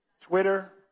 Twitter